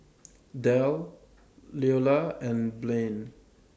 Del Leola and Blain